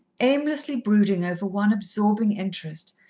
aimlessly brooding over one absorbing interest,